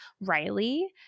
Riley